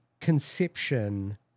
conception